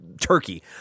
Turkey